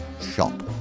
shop